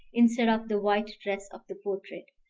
instead of the white dress of the portrait.